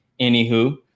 Anywho